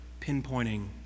pinpointing